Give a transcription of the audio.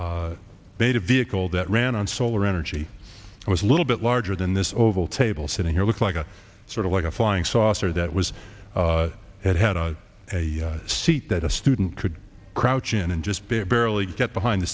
beta vehicle that ran on solar energy was a little bit larger than this oval table sitting here looks like a sort of like a flying saucer that was it had a seat that a student could crouch in and just barely get behind the